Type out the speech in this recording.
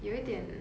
有一点